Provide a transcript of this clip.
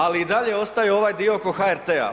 Ali i dalje ostaje ovaj dio oko HRT-a.